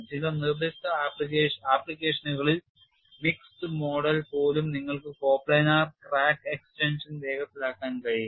ചില നിർദ്ദിഷ്ട ആപ്ലിക്കേഷനുകളിൽ മിക്സഡ് മോഡിൽ പോലും നിങ്ങൾക്ക് കോപ്ലാനാർ ക്രാക്ക് എക്സ്റ്റൻഷൻ വേഗത്തിലാക്കാൻ കഴിയും